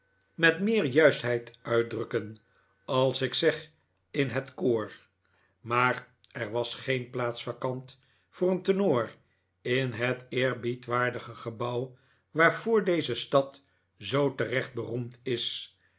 met meer juistheid uitdrukken als ik zeg in het koor maar er was geen plaats vacant voor een tenor in het eerbiedwaardige gebouw waarvoor deze stad zoo terecht beroemd is